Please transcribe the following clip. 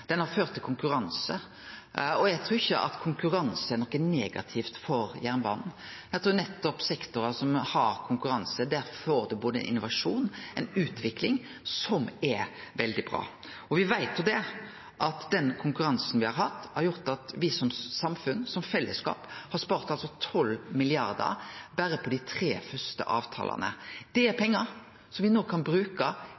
har ført til konkurranse. Eg trur ikkje at konkurranse er noko negativt for jernbanen. Eg trur at nettopp i sektorar som har konkurranse, får ein både innovasjon og ei utvikling som er veldig bra. Me veit at den konkurransen me har hatt, har gjort at me som samfunn, som fellesskap, har spart kanskje 12 mrd. kr berre på dei tre første avtalane. Det er